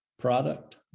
product